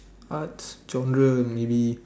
arts genre maybe